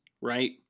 right